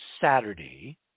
Saturday